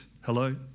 hello